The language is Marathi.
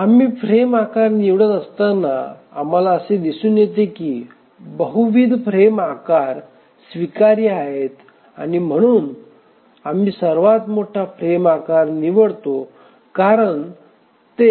आम्ही फ्रेम आकार निवडत असताना आम्हाला असे दिसून येते की बहुविध फ्रेम आकार स्वीकार्य आहेत म्हणून आम्ही सर्वात मोठा फ्रेम आकार निवडतो कारण ते